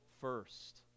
first